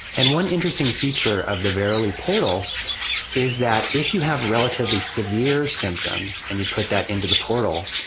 and one interesting feature of the verilli portal is that if you have relatively severe symptoms and you put that into the portal,